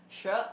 sure